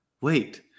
wait